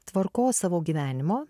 tvarkos savo gyvenimo